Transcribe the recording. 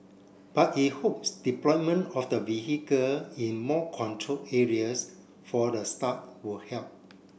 but he hopes deployment of the vehicle in more controlled areas for the start will help